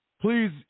Please